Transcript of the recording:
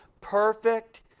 Perfect